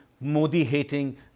Modi-hating